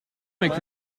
avec